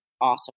Awesome